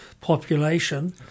population